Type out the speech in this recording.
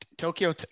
Tokyo